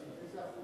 איזה אחוז זה?